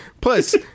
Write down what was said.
Plus